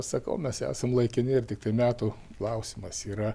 sakau mes esam laikini ir tiktai metų klausimas yra